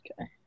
Okay